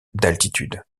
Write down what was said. d’altitude